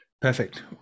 Perfect